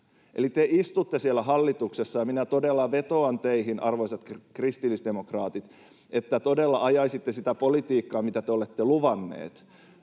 Eli te istutte siellä hallituksessa, ja todella vetoan teihin, arvoisat kristillisdemokraatit, että todella ajaisitte sitä politiikkaa, mitä te olette luvanneet.